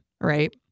right